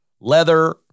leather